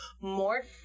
more